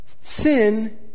sin